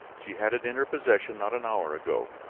she had it in her possession not an hour ago.